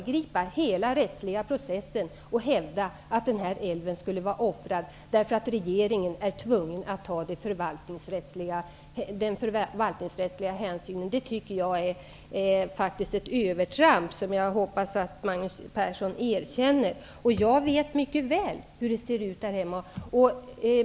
hela den rättsliga processen och hävdar att denna älv skulle vara offrad därför att regeringen är tvungen att ta denna förvaltningsrättsliga hänsyn. Jag tycker faktiskt att det är ett övertramp, och jag hoppas att Magnus Persson erkänner det. Jag vet mycket väl hur det ser ut där hemma.